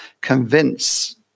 convince